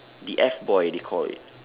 the F boy they call it